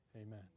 Amen